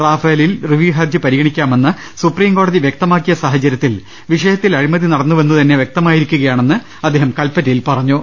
റാഫേലിൽ റിവ്യൂഹർജി പരിഗണിക്കാമെന്ന് സുപ്രീംകോടതി വൃക്ത മാക്കിയ സാഹചര്യത്തിൽ വിഷയത്തിൽ അഴിമതി നടന്നുവെന്നുതന്നെ വ്യക്തമായിരിക്കുകയാണെന്ന് അദ്ദേഹം കൽപ്പറ്റയിൽ പറഞ്ഞു